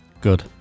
Good